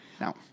No